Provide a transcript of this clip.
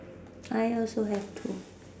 I also have too